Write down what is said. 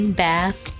bath